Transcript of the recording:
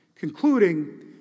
concluding